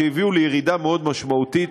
שהביאו לירידה מאוד משמעותית,